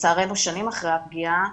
לצערנו שנים אחרי הפגיעה,